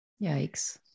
Yikes